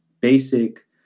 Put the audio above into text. basic